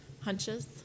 hunches